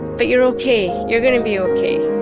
but you're okay, you're going to be okay.